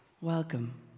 Welcome